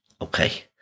okay